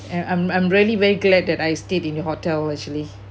and I'm I'm really very glad that I stayed in your hotel actually